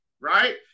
right